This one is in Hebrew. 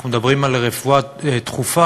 אנחנו מדברים על רפואה דחופה,